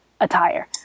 attire